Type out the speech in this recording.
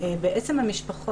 החלק